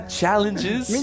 challenges